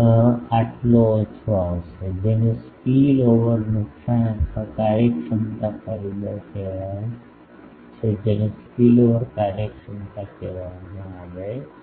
આટલું ઓછું કરશે જેને સ્પીલઓવર નુકસાન અને કાર્યક્ષમતા પરિબળ કહેવાય છે જેને સ્પીલઓવર કાર્યક્ષમતા કહેવામાં આવે છે